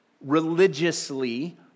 religiously